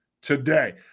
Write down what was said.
today